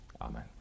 amen